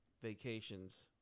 vacations